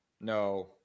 No